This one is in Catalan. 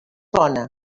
bona